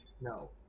No